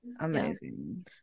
amazing